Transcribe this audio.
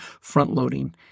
front-loading